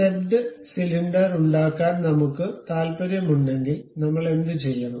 stepped cylinder ഉണ്ടാക്കാൻ നമ്മുക്ക് താൽപ്പര്യമുണ്ടെങ്കിൽ നമ്മൾ എന്തുചെയ്യണം